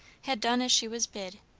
had done as she was bid,